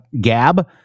gab